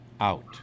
out